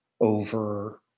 over